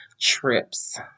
trips